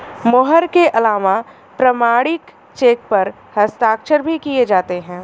मोहर के अलावा प्रमाणिक चेक पर हस्ताक्षर भी किये जाते हैं